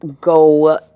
go